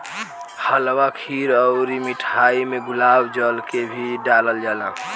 हलवा खीर अउर मिठाई में गुलाब जल के भी डलाल जाला